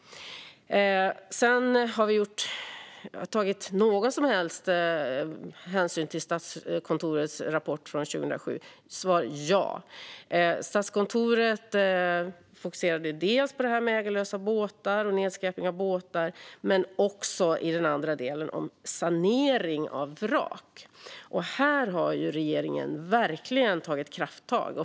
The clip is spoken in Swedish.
Har vi tagit någon som helst hänsyn till Statskontorets rapport från 2007? Svar ja. Statskontoret fokuserade på ägarlösa båtar och nedskräpning av båtar men också, i den andra delen, på sanering av vrak. Här har regeringen verkligen tagit krafttag.